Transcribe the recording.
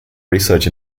research